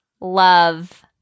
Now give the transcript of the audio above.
Love